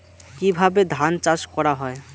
কিভাবে ধান চাষ করা হয়?